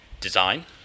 design